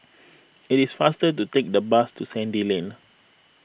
it is faster to take the bus to Sandy Lane